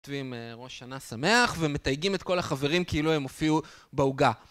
כותבים ראש שנה שמח ומתייגים את כל החברים כאילו הם הופיעו בעוגה.